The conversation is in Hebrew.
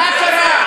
מה קרה?